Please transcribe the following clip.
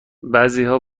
بعضیها